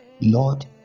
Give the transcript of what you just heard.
Lord